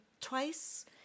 twice